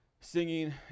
singing